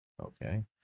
Okay